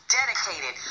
dedicated